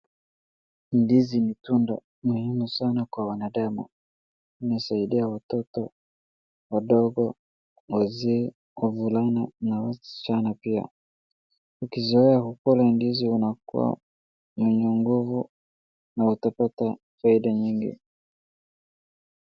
Ndizi ni tunda muhimu sana kwa wanadamu inasaidia watoto wadogo, wazee, wavulana na wasichana pia. Ukizoea kukula ndizi unakuwa mwenye nguvu na utapata faida nyingi.